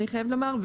אני חייבת לומר,